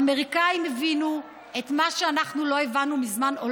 האמריקנים הבינו את מה שאנחנו לא הבנו מזמן תודה.